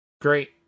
Great